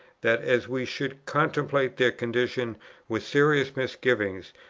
that, as we should contemplate their condition with serious misgiving,